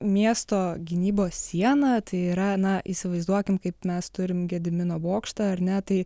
miesto gynybos siena tai yra na įsivaizduokim kaip mes turim gedimino bokštą ar ne tai